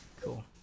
cool